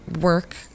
work